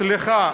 סליחה,